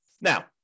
Now